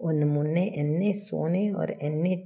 ਉਹ ਨਮੂਨੇ ਇੰਨੇ ਸੋਹਣੇ ਔਰ ਇੰਨੇ